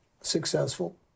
successful